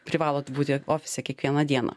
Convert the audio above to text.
privalot būti ofise kiekvieną dieną